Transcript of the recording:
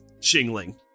shingling